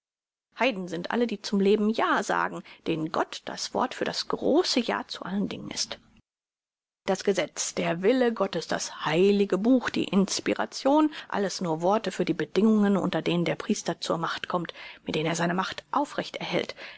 alle die zum leben ja sagen denen gott das wort für das große ja zu allen dingen ist das gesetz der wille gottes das heilige buch die inspiration alles nur worte für die bedingungen unter denen der priester zur macht kommt mit denen er seine macht aufrecht erhält